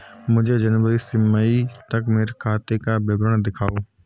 मुझे जनवरी से मई तक मेरे खाते का विवरण दिखाओ?